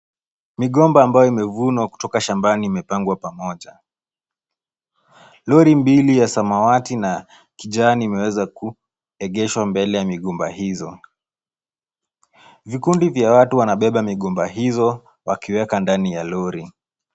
Migomba ambayo imevunwa kutoka shambani imepangwa pamoja. Lori mbili ya samawati na kijani imeweza kuegeshwa mbele ya migomba hizo. Vikundi vya watu wanabeba migomba hizo wakieka ndani ya lori.